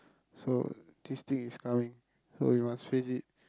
so this thing is coming so you must face it